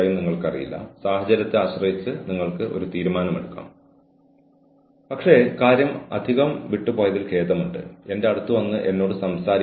തുടർന്ന് ഈ ദുരുപയോഗത്തിന്റെ വിശദാംശങ്ങൾ മറ്റ് ഓഫീസ് കമ്മ്യൂണിറ്റികളേയും വ്യക്തിയുടെ സമപ്രായക്കാരേയും അറിയിക്കുന്നില്ലെന്ന് ഉറപ്പാക്കാൻ സാധ്യമായ എല്ലാ നടപടികളും നമ്മൾ സ്വീകരിക്കണം